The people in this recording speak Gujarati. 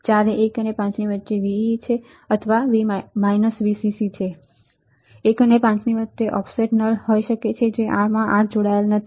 4 એ 1 અને 5 ની વચ્ચે Vee અથવા Vcc છે અમે 1 અને 5 ની વચ્ચે ઑફસેટ નલ હોઈ શકે અ 8 જોડાયેલ નથી